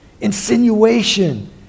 insinuation